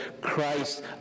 Christ